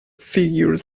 figure